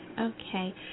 Okay